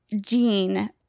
Gene